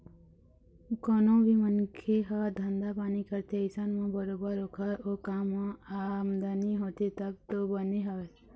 कोनो भी मनखे ह धंधा पानी करथे अइसन म बरोबर ओखर ओ काम म आमदनी होथे तब तो बने हवय